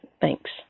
Thanks